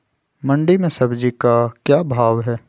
मंडी में सब्जी का क्या भाव हैँ?